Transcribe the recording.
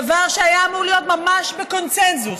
דבר שהיה אמור להיות ממש בקונסנזוס.